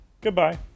Goodbye